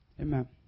Amen